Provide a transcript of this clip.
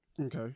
Okay